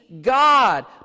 God